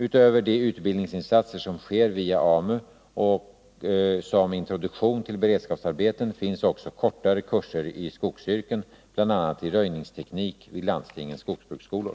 Utöver de utbildningsinsatser som sker via AMU och som introduktion till beredskapsarbeten finns också kortare kurser i skogsyrken, bl.a. i röjningsteknik, vid landstingens skogsbruksskolor.